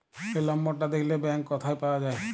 এই লম্বরটা দ্যাখলে ব্যাংক ক্যথায় পাউয়া যায়